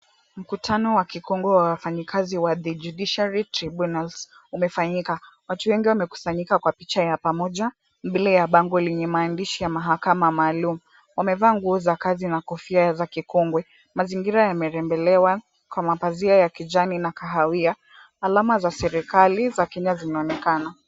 Mkutano wa kikongwe wa wafanyikazi wa the judiciary tribunals umefanyika. Watu wengi wamekusanyika kwa picha ya pamoja, mbele ya bango lenye maandishi ya mahakama maalum. Wamevaa nguo ya kazi na kofia za kikongwe. Mazingira yamerembelewa kwa mapazia ya kijani na kahawia. Alama za serikali za Kenya zinaonekana.